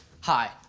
Hi